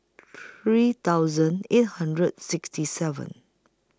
three thousand eight hundred sixty seven